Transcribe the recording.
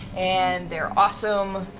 and they're awesome.